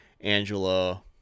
Angela